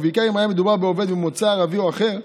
ובעיקר אם היה מדובר בעובד ממוצא ערבי או אחר,